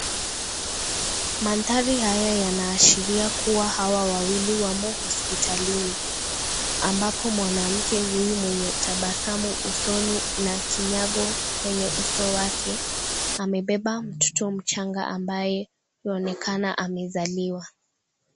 Mandhari haya yanaashiria kuwa hawa wawili wamo hospitalini ambapo mwanamke huyu mwenye tabasamu usoni na kinyango kwenye uso wake amebeba mtoto mchanga ambaye yaonekana amezaliwa.